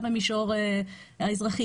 גם במישור האזרחי,